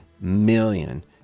million